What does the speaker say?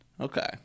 Okay